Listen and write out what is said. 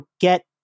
get